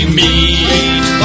meet